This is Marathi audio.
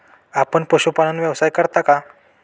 आपण पशुपालन व्यवसाय करता का?